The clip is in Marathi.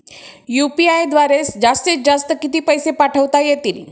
यू.पी.आय सेवेद्वारे जास्तीत जास्त किती पैसे पाठवता येतील?